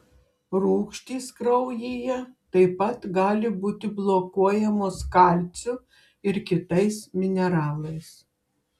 rūgštys kraujyje taip pat gali būti blokuojamos kalciu ir kitais mineralais